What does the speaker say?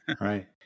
right